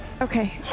okay